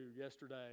yesterday